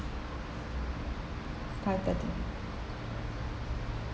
five thirty